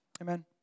Amen